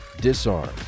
Disarm